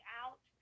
out